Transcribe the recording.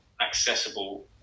accessible